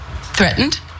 threatened